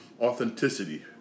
authenticity